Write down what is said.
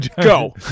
Go